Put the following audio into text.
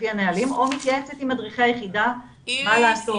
לפי הנהלים או מתייעצת עם מדריכי היחידה מה לעשות,